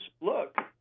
look